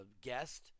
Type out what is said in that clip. guest